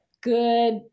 good